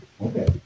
Okay